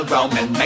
Roman